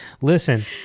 listen